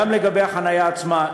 גם לגבי החניה עצמה,